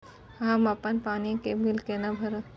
हम अपन पानी के बिल केना भरब?